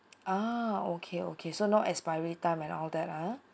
ah okay okay so no expiry time and all that ah